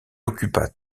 occupa